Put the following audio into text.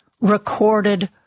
recorded